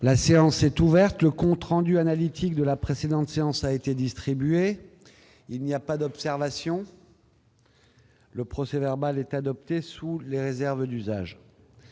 La séance est ouverte. Le compte rendu analytique de la précédente séance a été distribué. Il n'y a pas d'observation ?... Le procès-verbal est adopté sous les réserves d'usage.